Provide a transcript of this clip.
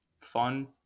fun